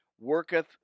worketh